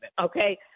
Okay